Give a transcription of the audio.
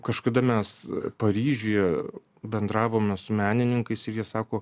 kažkada mes paryžiuje bendravome su menininkais ir jie sako